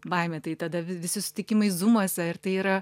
baimė tai tada visi susitikimai zūmuose ir tai yra